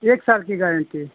एक साल की गारन्टी है